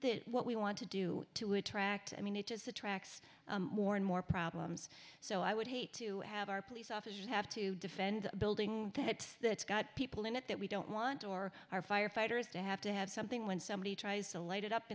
not what we want to do to attract i mean it is attracts more and more problems so i would hate to have our police officers have to defend a building that's got people in it that we don't want or our firefighters to have to have something when somebody tries to light it up